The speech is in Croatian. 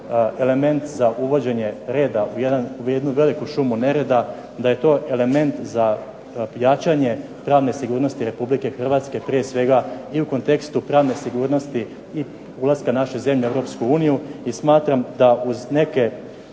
element za uvođenje reda u jednu veliku šumu nereda, da je to element za jačanje pravne sigurnosti Republike Hrvatske prije svega i u kontekstu pravne sigurnosti i ulaska naše zemlje u Europsku uniju. I smatram da uz neke